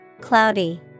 Cloudy